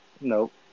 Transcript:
Nope